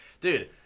Dude